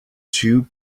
two